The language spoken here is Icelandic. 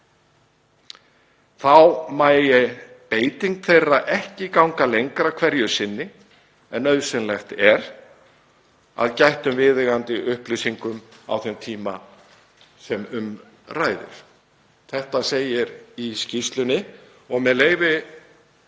Þá megi beiting þeirra ekki ganga lengra hverju sinni en nauðsynlegt er, að gættum viðeigandi upplýsingum á þeim tíma sem um ræðir. Þetta segir í skýrslunni og með leyfi